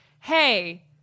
hey